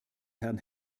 herrn